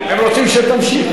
הם רוצים שתמשיך,